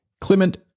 Clement